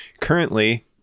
currently